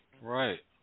Right